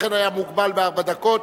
לכן היה מוגבל בארבע דקות.